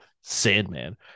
Sandman